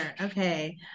okay